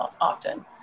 often